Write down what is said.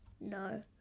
No